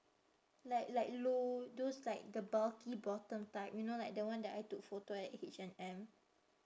like like low those like the bulky bottom type you know like the one that I took photo at H&M